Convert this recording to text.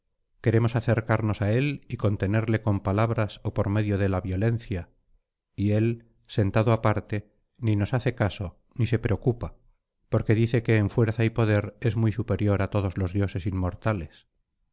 queremos acercarnos á él y contenerle con palabras ó por medio de la violencia y él sentado aparte ni nos hace caso ni se preocupa porque dice que en fuerza y poder es muy superior á todos los dioses inmortales